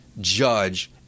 judge